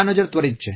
આ નજર ત્વરિત છે